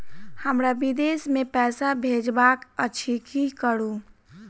हमरा विदेश मे पैसा भेजबाक अछि की करू?